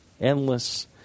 Endless